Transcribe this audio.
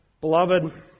Beloved